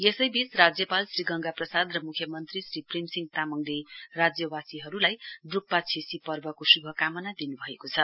यसैबीच राज्यपाल श्री गंगा प्रसाद् र मुख्यमन्त्री श्री प्रेमसिंह तामाङले राज्यवासीहरूलाई ड्डक्पा छेसीको पर्वको शुभकामना दिनुभएको छ